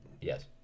Yes